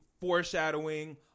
foreshadowing